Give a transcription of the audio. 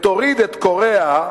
ותוריד את קוריאה,